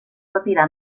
retirar